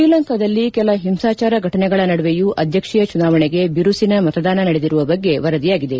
ಶ್ರೀಲಂಕಾದಲ್ಲಿ ಕೆಲ ಹಿಂಸಾಚಾರ ಘಟನೆಗಳ ನಡುವೆಯೂ ಅಧ್ಯಕ್ಷೀಯ ಚುನಾವಣೆಗೆ ಬಿರುಸಿನ ಮತದಾನ ನಡೆದಿರುವ ಬಗ್ಗೆ ವರದಿಯಾಗಿದೆ